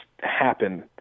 happen